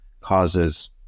causes